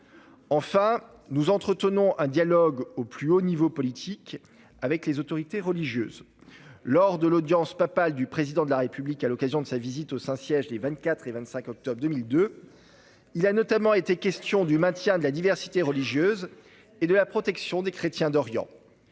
Enfin, nous entretenons un dialogue au plus haut niveau politique avec les autorités religieuses. Ainsi, lors de l'audience papale du président de la République à l'occasion de sa visite au Saint-Siège, les 24 et 25 octobre 2022, il a notamment été question du maintien de la diversité religieuse et de la protection des chrétiens d'Orient.